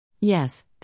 Yes